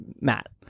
matt